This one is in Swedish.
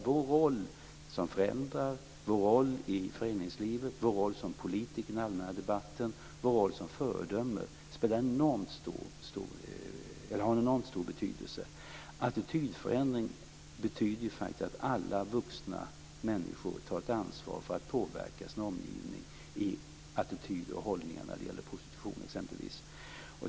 Vår roll som föräldrar, vår roll i föreningslivet, vår roll som politiker i den allmänna debatten och vår roll som föredöme har nämligen en enormt stor betydelse. Attitydförändring betyder faktiskt att alla vuxna människor tar ett ansvar för att påverka sin omgivning i attityder och hållningar när det gäller prostitution exempelvis.